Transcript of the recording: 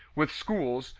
with schools,